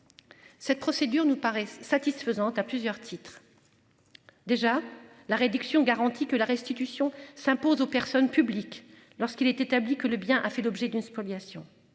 Cette procédure nous paraissent satisfaisantes à plusieurs titres. Déjà la réduction garantie que la restitution s'impose aux personnes publiques lorsqu'il est établi que le bien a fait l'objet d'une spoliation